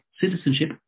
citizenship